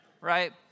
right